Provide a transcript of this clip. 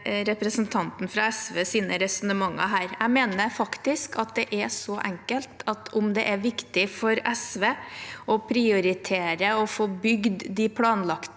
Jeg mener faktisk at det er så enkelt som at om det er viktig for SV å prioritere å få bygd de planlagte